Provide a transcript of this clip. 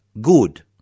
good